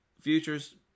futures